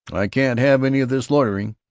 i can't have any of this loitering!